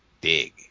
big